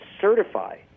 certify